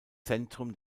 zentrum